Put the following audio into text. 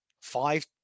five